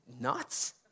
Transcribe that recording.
nuts